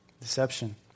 deception